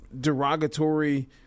derogatory